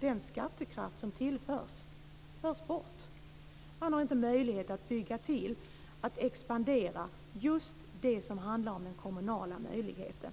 Den skattekraft som tillförs förs bort. Man har inte möjlighet att bygga till och expandera, just det som handlar om den kommunala möjligheten.